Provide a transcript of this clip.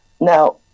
Now